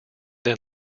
then